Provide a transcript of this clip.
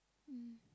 mm